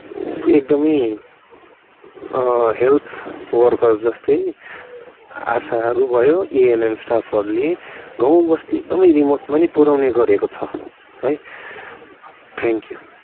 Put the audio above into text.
एकदमै health workers जस्तै आशाहरू भयो एएनएम स्टाफहरूले गाउँबस्ती एकदम रिमोटमा पनि पुर्याउने गरेको छ है थ्याङ्क्यु